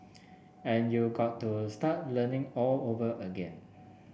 and you got to start learning all over again